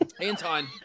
Anton